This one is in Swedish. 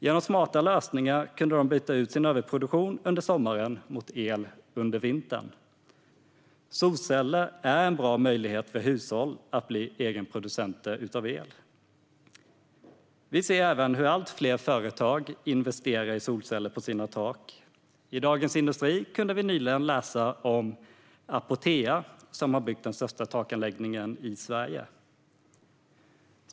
Genom smarta lösningar kunde de byta ut sin överproduktion under sommaren mot el under vintern. Solceller är en bra möjlighet för hushåll att bli egenproducenter av el. Vi ser även hur allt fler företag investerar i solceller på sina tak. I Dagens industri kunde vi nyligen läsa om Apotea, som har byggt den största takanläggningen i Sverige.